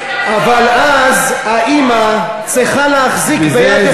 אבל אז האימא צריכה להחזיק ביד אחת את התינוק.